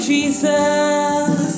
Jesus